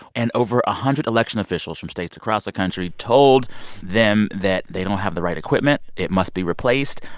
and over a hundred election officials from states across the country told them that they don't have the right equipment it must be replaced.